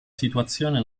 situazione